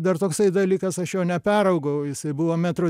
dar toksai dalykas aš jo neperaugau jisai buvo metro